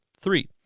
Three